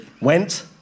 Went